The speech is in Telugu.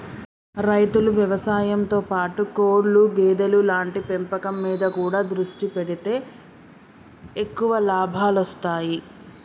రైతులు వ్యవసాయం తో పాటు కోళ్లు గేదెలు లాంటి పెంపకం మీద కూడా దృష్టి పెడితే ఎక్కువ లాభాలొస్తాయ్